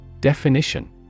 Definition